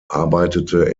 arbeitete